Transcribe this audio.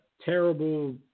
terrible